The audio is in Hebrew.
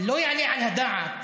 זה גם אזור, לא יעלה על הדעת